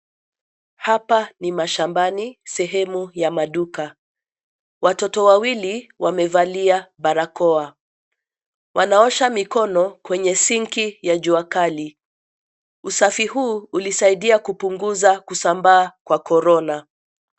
Hapa ni mashambani sehemu ya maduka. Watoto wawili wamevalia barakoa. Wanaosha mikono kwenye sinki ya jua kali. Usafi huu ulisaidia kupunguza kusambaa kwa Corona.